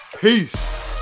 peace